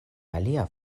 alia